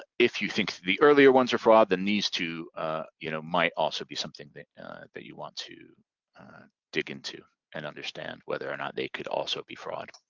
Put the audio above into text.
if you think the earlier ones are fraud then these two ah you know might also be something that you want to dig into and understand whether or not they could also be fraud.